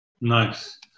Nice